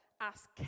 ask